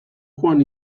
juan